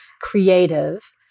creative